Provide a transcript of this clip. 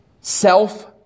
self